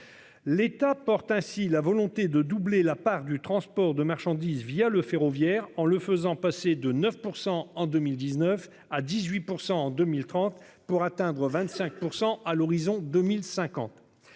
L'État porte ainsi la volonté de doubler la part du transport de marchandises via le ferroviaire en le faisant passer de 9% en 2019 à 18% en 2030 pour atteindre 25% à l'horizon 2050.